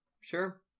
sure